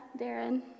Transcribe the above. Darren